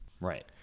Right